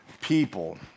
people